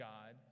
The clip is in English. God